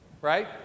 right